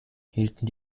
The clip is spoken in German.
hielten